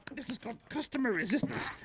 this is called customer resistance.